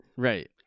Right